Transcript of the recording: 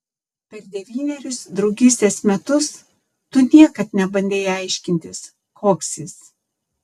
per devynerius draugystės metus tu niekad nebandei aiškintis koks jis